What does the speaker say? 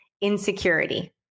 insecurity